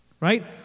right